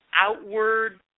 outward